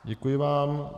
Děkuji vám.